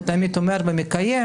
הוא תמיד אומר ומקיים.